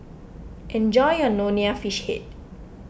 Enjoy your Nonya Fish Head